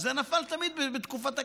וזה נפל תמיד בתקופת הקיץ.